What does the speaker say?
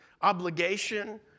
obligation